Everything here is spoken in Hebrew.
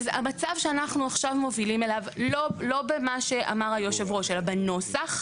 המצב שאנחנו עכשיו מובילים אליו לא במה שאמר היושב ראש אלא בנוסח,